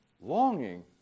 Longing